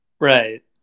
right